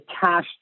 cash